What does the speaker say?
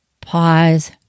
pause